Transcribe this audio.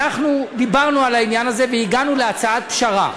אנחנו דיברנו על העניין הזה והגענו להצעת פשרה,